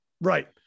Right